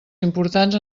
importants